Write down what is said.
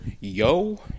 Yo